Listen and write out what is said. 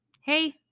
Hey